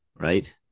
right